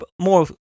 more